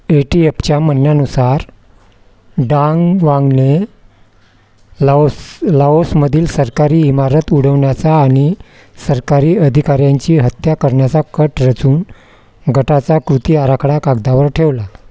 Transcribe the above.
ए टी एफच्या म्हणण्यानुसार डांग वांगने लाओस लाओसमधील सरकारी इमारत उडवण्याचा आणि सरकारी अधिकाऱ्यांची हत्या करण्याचा कट रचून गटाचा कृती आराखडा कागदावर ठेवला